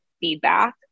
feedback